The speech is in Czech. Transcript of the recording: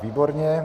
Výborně.